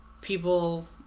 people